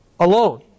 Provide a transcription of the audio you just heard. Alone